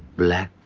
black,